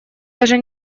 даже